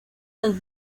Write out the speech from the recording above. los